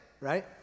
Right